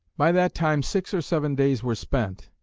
by that time six or seven days were spent,